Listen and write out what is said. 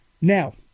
Now